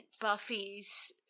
Buffy's